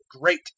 great